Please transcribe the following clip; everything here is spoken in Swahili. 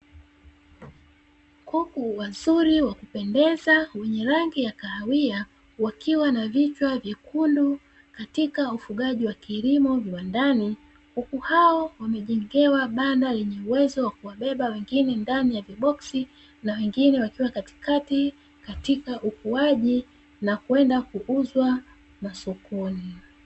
Kuku wazuri wa kupendeza wenye rangi ya kahawia, wakiwa na vichwa vyekundu katika ufugaji wa kilimo viwandani. Kuku hao wamejengewa banda lenye uwezo wa kuwabeba, wengine ndani ya viboksi na wengine wakiwa katikati, katika ukuaji na kwenda kuuzwa sokoni.